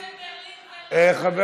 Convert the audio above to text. אם זה טוב בברלין, ובצרפת.